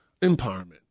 Empowerment